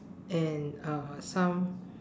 and uh some